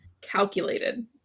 calculated